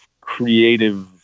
creative